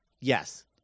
Yes